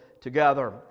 together